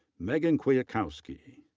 megan kwiatkowski.